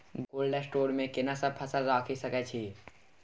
Cold store मे केना सब फसल रखि सकय छी?